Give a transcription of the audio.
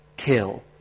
Kill